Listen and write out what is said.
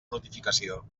notificació